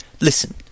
Listen